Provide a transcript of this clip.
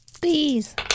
Please